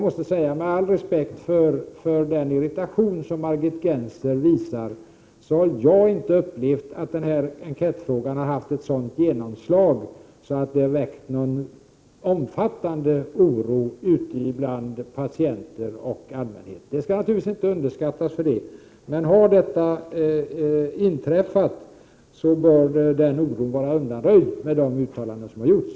Med all respekt för den irritation som Margit Gennser visar har jag inte kunnat märka att denna enkätfråga haft ett sådant genomslag, att den skapat en omfattande oro bland patienter och allmänhet. Den oro som kan ha uppstått skall för den skull inte underskattas, och om det förekommit oro, bör den nu vara undanröjd med de samstämmiga uttalanden som har gjorts.